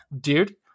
dude